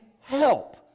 help